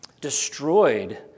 destroyed